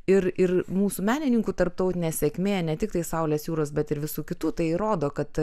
ir ir mūsų menininkų tarptautinė sėkmė ne tiktai saulės jūros bet ir visų kitų tai rodo kad